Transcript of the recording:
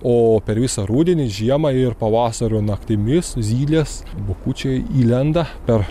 o per visą rudenį žiemą ir pavasario naktimis zylės bukučiai įlenda per